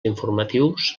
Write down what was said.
informatius